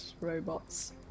robots